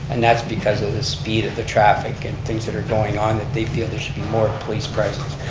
and that's because of the speed of the traffic and things that are going on that they feel there should be more police presence.